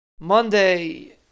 Monday